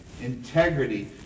integrity